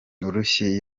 urushyi